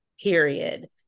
period